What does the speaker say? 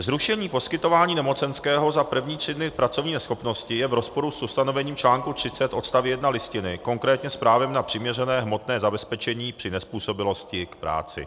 Zrušení poskytování nemocenské za první tři dny v pracovní neschopnosti je v rozporu s ustanovením článku 30 odst. 1 Listiny, konkrétně s právem na přiměřené hmotné zabezpečení při nezpůsobilosti k práci.